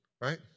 right